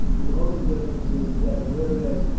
the only difference is that whereas,